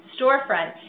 storefront